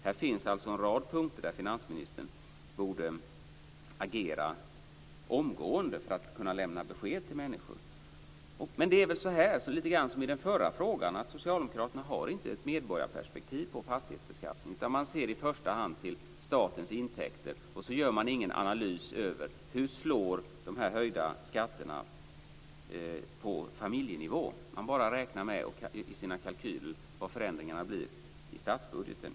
Här finns alltså en rad punkter där finansministern borde agera omgående för att kunna lämna besked till människor. Det är väl så, som i den förra frågan, att socialdemokraterna inte har ett medborgarperspektiv på fastighetsbeskattning utan ser i första hand till statens intäkter och gör ingen analys av hur de höjda skatterna slår på familjenivå. I sina kalkyler räknar man bara med vilka förändringarna blir för statsbudgeten.